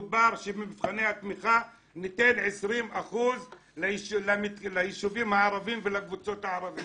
דובר על כך שבמבחני התמיכה ניתן 20% ליישובים הערביים ולקבוצות הערביות.